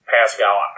Pascal